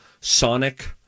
sonic